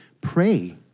pray